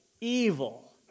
evil